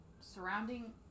surrounding